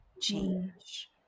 change